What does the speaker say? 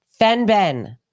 Fenben